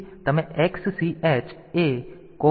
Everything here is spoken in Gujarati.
તેથી તમે XCH AR0 જેવું કહી શકો છો